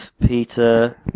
Peter